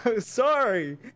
Sorry